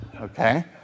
Okay